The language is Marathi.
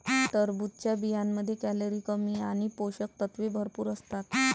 टरबूजच्या बियांमध्ये कॅलरी कमी आणि पोषक तत्वे भरपूर असतात